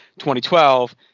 2012